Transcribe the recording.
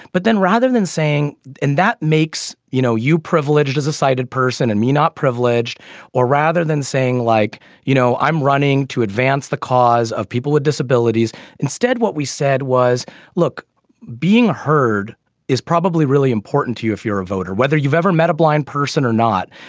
but then rather than saying and that makes you know you privileged as a sighted person and you're not privileged or rather than saying like you know i'm running to advance the cause of people with disabilities instead what we said was look being heard is probably really important to you if you're a voter whether you've ever met a blind person or not.